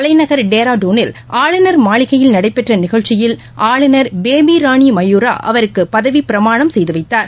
தலைநகர் டேராடுளில் ஆளுநர் மாளிகையில் நடைபெற்ற நிஷ்ச்சியில் ஆளுநர் பேபி ரானி மயூரா அவருக்கு பதவி பிரமாணம் செய்து வைத்தார்